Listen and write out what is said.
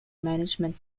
management